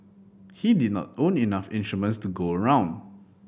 he did not own enough instruments to go around